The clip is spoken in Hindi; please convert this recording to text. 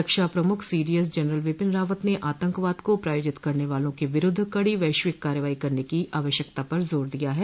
रक्षा प्रमुख सीडीएस जनरल बिपिन रावत ने आतंकवाद को प्रायोजित करने वालों के विरूद्ध कड़ी वैश्विक कार्रवाई करने की आवश्यकता पर जोर दिया है